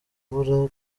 mvura